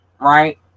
right